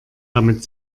damit